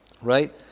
right